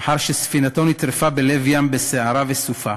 לאחר שספינתו נטרפה בלב ים בסערה וסופה.